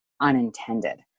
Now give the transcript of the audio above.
unintended